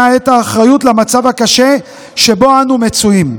את האחריות למצב הקשה שבו אנו מצויים.